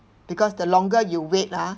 because the longer you wait ah